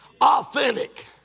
Authentic